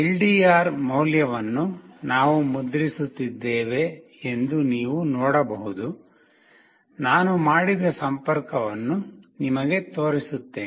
LDR ಮೌಲ್ಯವನ್ನು ನಾವು ಮುದ್ರಿಸುತ್ತಿದ್ದೇವೆ ಎಂದು ನೀವು ನೋಡಬಹುದು ನಾನು ಮಾಡಿದ ಸಂಪರ್ಕವನ್ನು ನಿಮಗೆ ತೋರಿಸುತ್ತೇನೆ